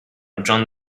john